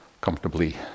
comfortably